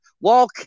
walk